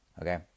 Okay